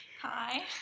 Hi